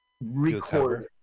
record